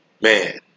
Man